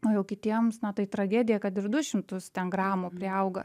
o jau kitiems na tai tragedija kad ir du šimtus gramų priauga